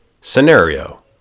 scenario